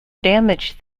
damaged